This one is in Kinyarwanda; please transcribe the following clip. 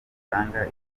butanga